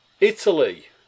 Italy